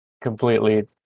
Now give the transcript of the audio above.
completely